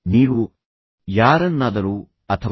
ನೀವು ಯಾರನ್ನಾದರೂ ಅಥವಾ ಯಾವುದನ್ನಾದರೂ ಏಕೆ ಆಕರ್ಷಿತರಾಗುತ್ತೀರಿ